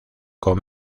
con